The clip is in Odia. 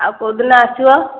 ଆଉ କେଉଁଦିନ ଆସିବ